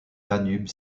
danube